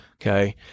okay